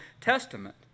Testament